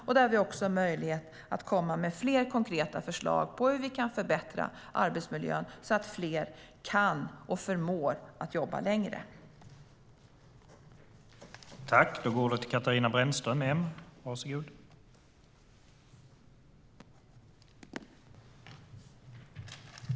Där har vi också möjlighet att komma med fler konkreta förslag på hur vi kan förbättra arbetsmiljön så att fler kan och förmår att jobba längre.